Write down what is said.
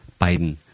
Biden